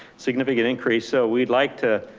significant increase, so we'd like to,